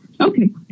Okay